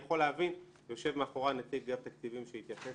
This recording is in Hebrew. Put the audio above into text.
יכול להבין יושב מאחורי נציג אגף התקציבים שיתייחס